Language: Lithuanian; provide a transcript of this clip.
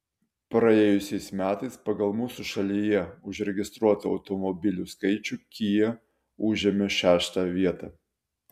praėjusiais metais pagal mūsų šalyje užregistruotų automobilių skaičių kia užėmė šeštą vietą